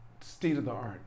state-of-the-art